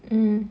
mm